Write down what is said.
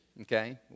okay